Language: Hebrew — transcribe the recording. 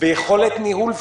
יכולת ניהול פנומנלית,